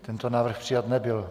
Tento návrh přijat nebyl.